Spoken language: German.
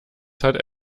hat